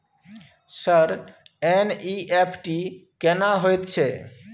Sir NEFT केना होयत छै?